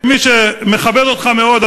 כמי שמכבד אותך מאוד,